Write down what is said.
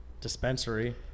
dispensary